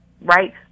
right